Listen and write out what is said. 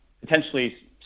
potentially